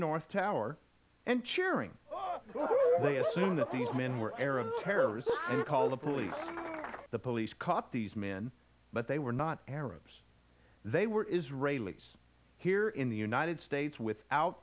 north tower and cheering they assumed that these men were arab terrorists call the police the police caught these men but they were not arabs they were israelis here in the united states without